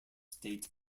state